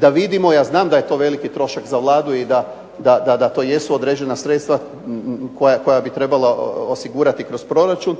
da vidimo, ja znam da je to veliki trošak za Vladu i da to jesu određena sredstva koja bi trebalo osigurati kroz proračun